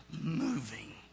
moving